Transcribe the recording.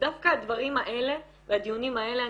דווקא הדברים האלה והדיונים האלה,